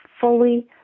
fully